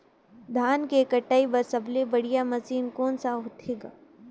धान के कटाई बर सबले बढ़िया मशीन कोन सा होथे ग?